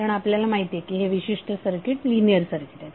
कारण आपल्याला माहित आहे हे विशिष्ट सर्किट लिनियर सर्किट आहे